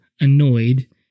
annoyed